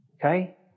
Okay